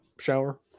shower